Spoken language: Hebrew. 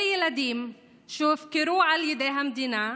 אלה ילדים שהופקרו על ידי המדינה,